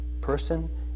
person